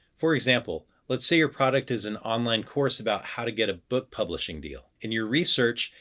for example, let's say your product is an online course about how to get a book publishing deal. in your research,